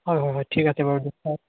হয় হয় হয় ঠিক আছে বাৰু দিয়ক